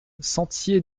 sentier